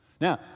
Now